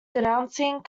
denouncing